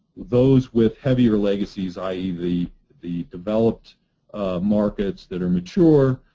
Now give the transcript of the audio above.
those with heavier legacies, i e. the the developed markets that are mature,